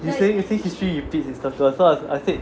you say you say history repeats in circles I said